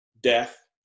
death